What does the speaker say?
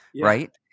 right